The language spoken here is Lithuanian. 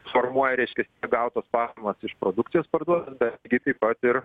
formuoja reiškias gautos pajamos iš produkcijos parduoda dar lygiai taip pat ir